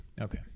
Okay